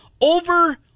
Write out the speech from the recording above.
Over